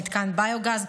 הוא מתקן ביו-גז.